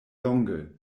longe